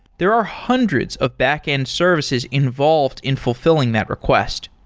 there are hundreds of back-end services involved in fulfilling that request.